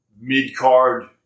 mid-card